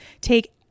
take